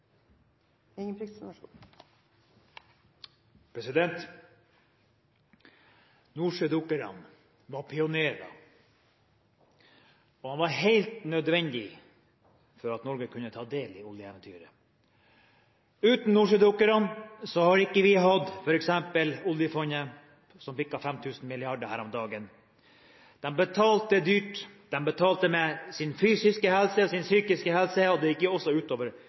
helt nødvendige for at Norge kunne ta del i oljeeventyret. Uten nordsjødykkerne hadde vi ikke hatt f.eks. oljefondet, som bikka 5 000 mrd. kr her om dagen. De betalte dyrt. De betalte med sin fysiske helse og sin psykiske helse, og det gikk jo også